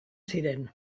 ziren